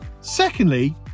Secondly